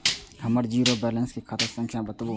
हमर zero balance के खाता संख्या बतबु?